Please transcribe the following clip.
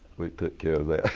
we took care of